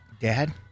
Dad